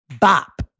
Bop